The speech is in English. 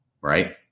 right